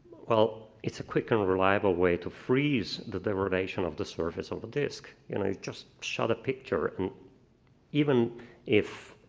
well, it's a quick and reliable way to freeze the the relation of the surface of the disc. you know just shot a picture. even if